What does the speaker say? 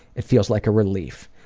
it feels like a relief.